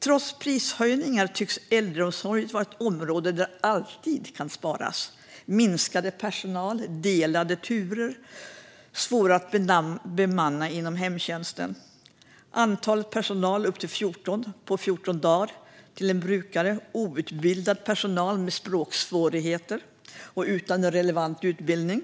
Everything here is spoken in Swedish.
Trots prishöjningar tycks äldreomsorgen vara det område där det alltid kan sparas. Det är personalminskningar och delade turer, och det är svårare att bemanna inom hemtjänsten, med upp till 14 personal hos en brukare under 14 dagar, outbildad personal med språksvårigheter och personal utan relevant utbildning.